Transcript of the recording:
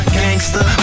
gangster